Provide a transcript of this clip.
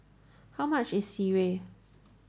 how much is Sireh